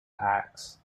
acts